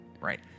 Right